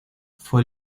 fue